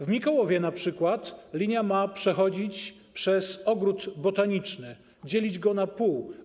W Mikołowie np. linia ma przechodzić przez ogród botaniczny, dzielić go na pół.